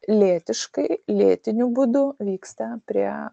lėtiškai lėtiniu būdu vyksta prie